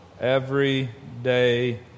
everyday